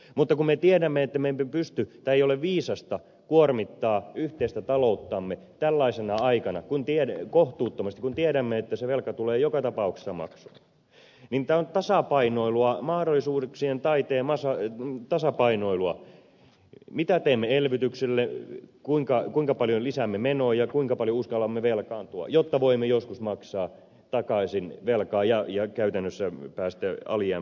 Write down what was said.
mutta kun me tiedämme että me emme pysty tai ei ole viisasta kuormittaa yhteistä talouttamme tällaisena aikana kohtuuttomasti kun tiedämme että se velka tulee joka tapauksessa maksuun niin tämä on tasapainoilua mahdollisuuksien taiteen tasapainoilua mitä teemme elvytykselle kuinka paljon lisäämme menoja kuinka paljon uskallamme velkaantua jotta voimme joskus maksaa takaisin velkaa ja käytännössä päästä alijäämästä ylijäämään